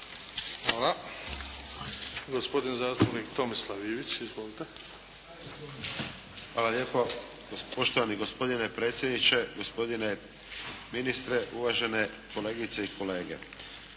Hvala. Gospodin zastupnik Tomislav Ivić. Izvolite. **Ivić, Tomislav (HDZ)** Hvala lijepo. Poštovani gospodine predsjedniče, gospodine ministre, uvažene kolegice i kolege.